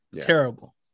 terrible